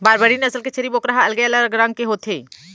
बारबरी नसल के छेरी बोकरा ह अलगे अलग रंग के होथे